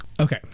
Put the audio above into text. Okay